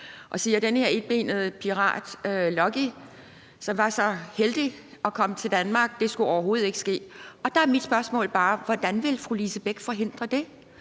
nemlig den her etbenede pirat, Lucky, som var så heldig at komme til Danmark, hvilket overhovedet ikke skulle være sket. Der er mit spørgsmål bare: Hvordan vil fru Lise Bech forhindre det?